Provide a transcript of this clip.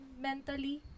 mentally